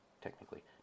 technically